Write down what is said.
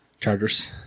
Chargers